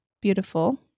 beautiful